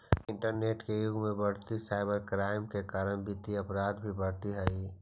internet के युग में बढ़ीते साइबर क्राइम के कारण वित्तीय अपराध भी बढ़ित हइ